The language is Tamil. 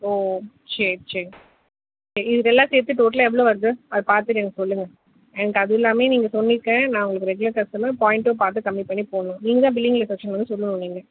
ஓ சரி சரிங்க இதுக்கு எல்லாம் சேர்த்து டோட்டலாக எவ்வளோ வருது அதை பார்த்துட்டு எனக்கு சொல்லுங்க அண்ட் அதுவும் இல்லாமே நீங்கள் சொன்னீங்க நான் உங்களுக்கு ரெகுலர் கஸ்டமர் பாயிண்ட்டும் பார்த்து கம்மி பண்ணி போடணும் நீங்கள் தான் பில்லிங்கில் கரெக்ஷன் பண்ணி சொல்லணும் நீங்கள்